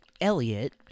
elliot